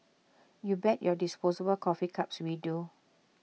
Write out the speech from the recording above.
you bet your disposable coffee cups we do